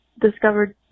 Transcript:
discovered